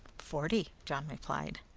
forty, john replied.